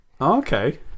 Okay